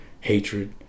hatred